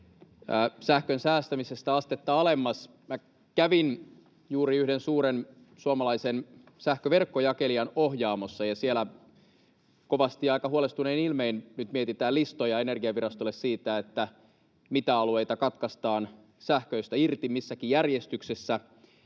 sähkön säästämisestä astetta alemmas. Kävin juuri yhden suuren suomalaisen sähköverkkojakelijan ohjaamossa, ja siellä kovasti aika huolestunein ilmein nyt mietitään listoja Energiavirastolle siitä, mitä alueita katkaistaan sähköistä irti missäkin järjestyksessä.